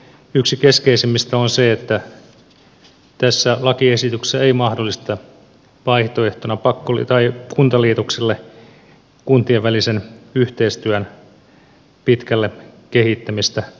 yksi keskeisimmistä on se että tässä lakiesityksessä ei mahdollisteta vaihtoehtona kuntaliitokselle kuntien välisen yhteistyön pitkälle kehittämistä